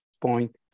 point